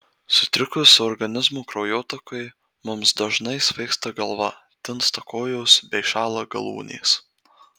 sutrikus organizmo kraujotakai mums dažnai svaigsta galva tinsta kojos bei šąla galūnės